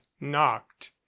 knocked